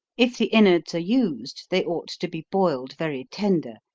if the inwards are used, they ought to be boiled very tender,